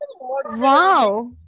Wow